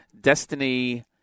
Destiny